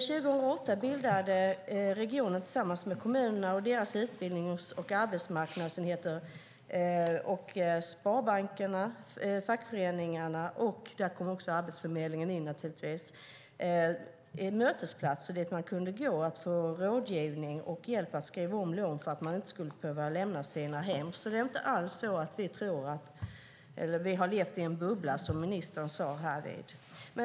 År 2008 bildade regionen tillsammans med kommunerna, deras utbildnings och arbetsmarknadsenheter, sparbankerna, fackföreningarna och Arbetsförmedlingen mötesplatser för att få rådgivning och hjälp att skriva om lån så att människor inte skulle behöva lämna sina hem. Det är inte alls så att vi har levt i en bubbla, som ministern sade.